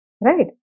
right